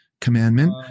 commandment